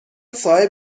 صاحب